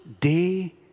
day